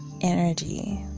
energy